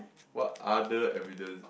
what other evidence